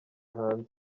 hanze